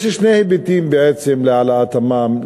יש שני היבטים בעצם להעלאת המע"מ,